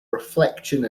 reflection